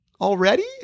already